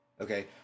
Okay